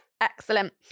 Excellent